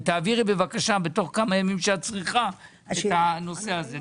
תעבירי בבקשה בתוך כמה ימים שאת צריכה את הנושא הזה.